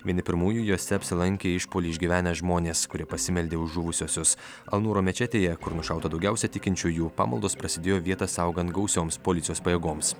vieni pirmųjų juose apsilankė išpuolį išgyvenę žmonės kurie pasimeldė už žuvusiuosius al nuro mečetėje kur nušauta daugiausia tikinčiųjų pamaldos prasidėjo vietą saugant gausioms policijos pajėgoms